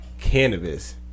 cannabis